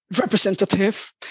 representative